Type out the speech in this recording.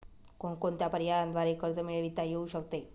कोणकोणत्या पर्यायांद्वारे कर्ज मिळविता येऊ शकते?